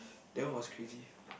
that one was crazy